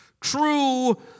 true